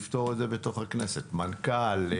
לפתור את זה בתוך הכנסת: מנכ"ל,